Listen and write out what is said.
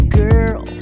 girl